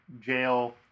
jail